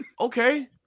okay